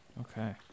Okay